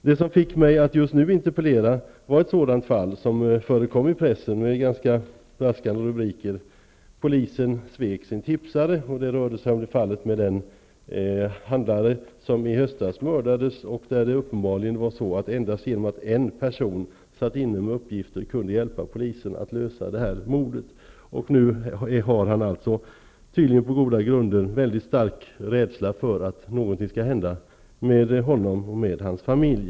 Det som fått mig att interpellera nu är just ett sådant fall, om vilket det stått att läsa i pressen. Det har varit ganska braskande rubriker, t.ex.: Polisen svek sin tipsare. Det gällde då fallet med den handlare som i höstas mördades. Uppenbarligen var det endast en person som satt inne med uppgifter och som kunde hjälpa polisen med att lösa det mordet. Nu har den här mannen, tydligen på goda grunder, en väldigt stark rädsla för att något skall hända honom och hans familj.